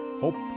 hope